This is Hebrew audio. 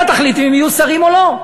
אתה תחליט אם הם יהיו שרים או לא.